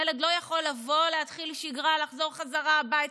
ילד לא יכול לבוא, להתחיל שגרה, לחזור חזרה הביתה.